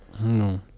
no